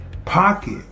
Pocket